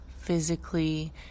physically